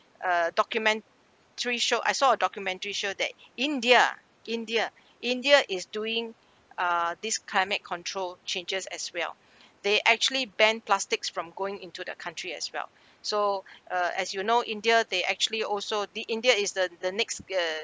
a documentary show I saw a documentary show that india india india is doing uh this climate control changes as well they actually ban plastics from going into the country as well so uh as you know india they actually also the india is the the next uh